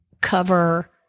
cover